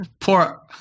poor